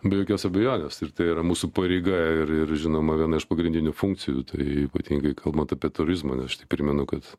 be jokios abejonės ir tai yra mūsų pareiga ir ir žinoma viena iš pagrindinių funkcijų tai ypatingai kalbant apie turizmą aš tai primenu kad